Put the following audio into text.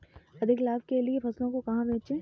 अधिक लाभ के लिए फसलों को कहाँ बेचें?